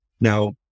Now